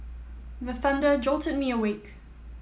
the thunder jolt me awake